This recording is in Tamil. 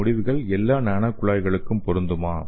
இந்த முடிவுகள் எல்லா நானோ குழாய்களுக்கும் பொருந்துமா